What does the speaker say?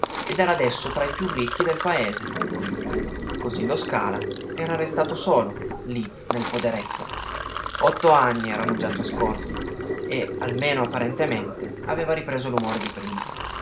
ed era adesso tra i più ricchi del paese così lo scala era restato solo lì nel poderetto otto anni erano già trascorsi e almeno apparentemente aveva ripreso l'umore di prima